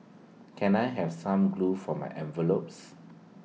can I have some glue for my envelopes